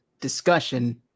discussion